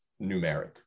numeric